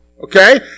okay